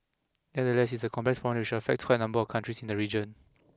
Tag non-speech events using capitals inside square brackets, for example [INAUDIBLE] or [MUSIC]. nevertheless is a complex [UNINTELLIGIBLE] which affects quite a number of countries in the region